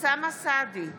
אוסאמה סעדי,